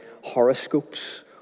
horoscopes